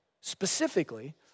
specifically